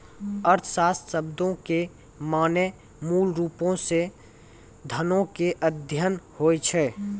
अर्थशास्त्र शब्दो के माने मूलरुपो से धनो के अध्ययन होय छै